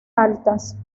altas